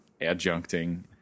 adjuncting